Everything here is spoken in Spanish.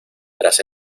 tras